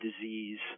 disease